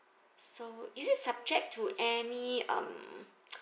so is it subject to any um